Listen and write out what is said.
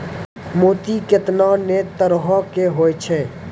मोती केतना नै तरहो के होय छै